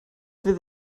fydd